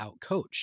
outcoached